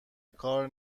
کار